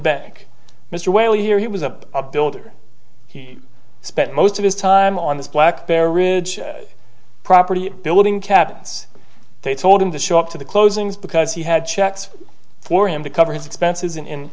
bank mr whaley here he was a builder he spent most of his time on this black bear ridge property building cabinets they told him to show up to the closings because he had checks for him to cover his expenses